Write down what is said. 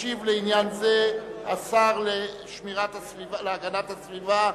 ישיב בעניין זה השר להגנת הסביבה,